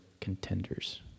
contenders